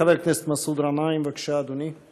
חבר הכנסת מסעוד גנאים, בבקשה, אדוני.